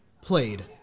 Played